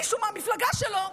מישהו מהמפלגה שלו,